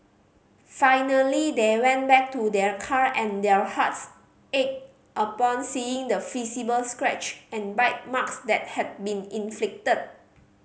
finally they went back to their car and their hearts ached upon seeing the scratch and bite marks that had been inflicted